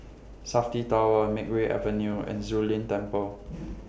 Safti Tower Makeway Avenue and Zu Lin Temple